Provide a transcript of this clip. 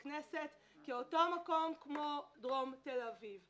שם כמו דרום תל אביב.